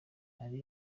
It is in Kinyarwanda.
ari